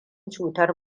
cutar